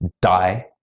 die